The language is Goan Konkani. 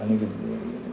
आनी कितें